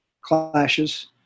clashes